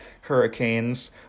hurricanes